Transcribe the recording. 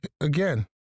again